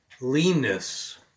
leanness